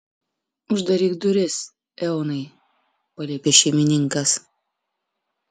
uždaryk duris eonai paliepė šeimininkas